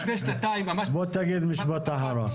בוא תגיד משפט אחרון.